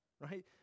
right